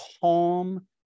calm